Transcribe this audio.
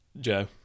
Joe